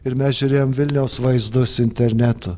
ir mes žiūrėjom vilniaus vaizdus internetu